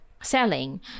selling